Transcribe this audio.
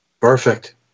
Perfect